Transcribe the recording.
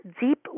deep